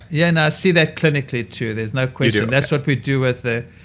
yeah, and i see that clinically too. there's no question. that's what we do with the.